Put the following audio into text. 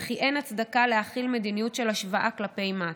וכי אין הצדקה להחיל מדיניות של השוואה כלפי מטה,